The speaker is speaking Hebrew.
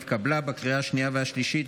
התקבלה בקריאה השנייה והשלישית,